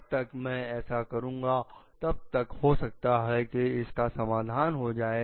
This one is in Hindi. जब तक मैं ऐसा करूंगा तब तक हो सकता है कि इसका समाधान हो जाए